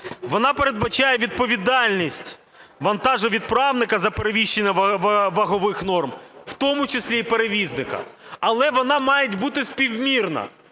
Вона передбачає відповідальність вантажовідправника за перевищення вагових норм, в тому числі і перевізника, але вона має бути співмірна.